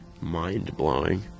mind-blowing